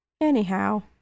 Anyhow